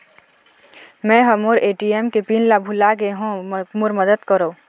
मै ह मोर ए.टी.एम के पिन ला भुला गे हों मोर मदद करौ